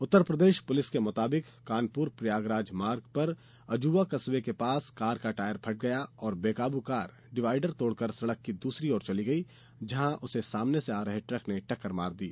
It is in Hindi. उत्तरप्रदेश पुलिस के मुताबिक कानपुर प्रयागराज मार्ग पर अजुवा कस्बे के पास कार का टायर फट गया और बेकाबू कार डिवाइडर तोड़कर सड़क की दूसरी और चली गई जहां उसे सामने से आ रहे ट्रक ने टक्कर मार दी